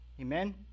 Amen